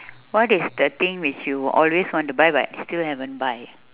what is the thing which you always want to buy but still haven't buy